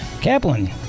Kaplan